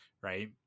right